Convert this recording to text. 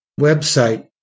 website